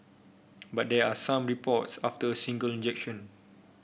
but there are some reports after a single injection